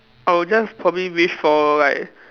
I will just probably wish for like